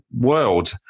world